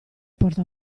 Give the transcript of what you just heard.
porta